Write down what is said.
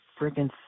freaking